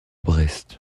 brest